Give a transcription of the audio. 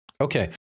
Okay